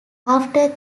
after